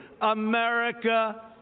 America